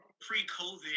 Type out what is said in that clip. pre-COVID